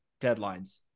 deadlines